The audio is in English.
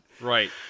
right